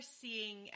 seeing –